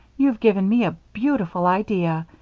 you've given me a beautiful idea!